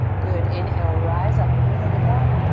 good, inhale. rise up, three-legged dog.